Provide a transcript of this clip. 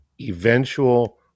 eventual